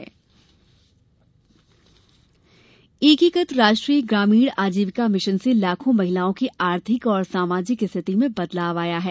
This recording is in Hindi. आजीविका मिशन एकीकृत राष्ट्रीय ग्रामीण आजीविका मिशन से लाखो महिलाओं की आर्थिक और समाजिक रिथति में बदलाव आया है